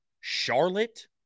Charlotte